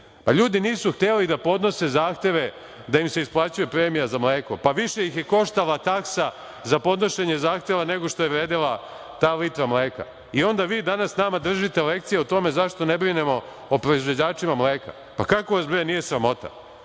Pa, ljudi nisu hteli da podnose zahteve da im se isplaćuje premija za mleko. Više ih je koštala taksa za podnošenje zahteva nego što je vredela ta litra mleka. I onda vi nama danas držite lekcije o tome zašto ne brinemo o proizvođačima mleka. Kako vas, bre, nije sramota?